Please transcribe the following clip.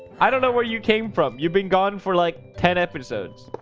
i don't know where you came from. you've been gone for like ten episodes.